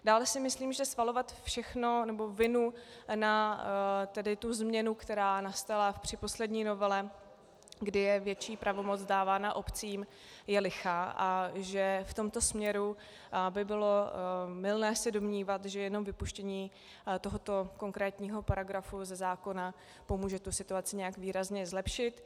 Dále si myslím, že svalovat všechno, nebo vinu na tu změnu, která nastala při poslední novele, kdy je větší pravomoc dávána obcím, je liché a že v tomto směru by bylo mylné se domnívat, že jenom vypuštění tohoto konkrétního paragrafu ze zákona pomůže situaci nějak výrazně zlepšit.